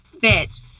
fit